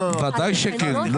ודאי שכן.